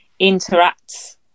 interacts